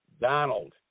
Donald